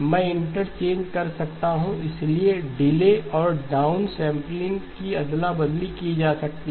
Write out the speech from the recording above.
मैं इंटरचेंज कर सकता हूं इसलिए डिले और डाउन सैंपलिंग की अदला बदली की जा सकती है